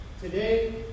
today